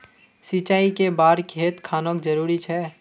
सिंचाई कै बार खेत खानोक जरुरी छै?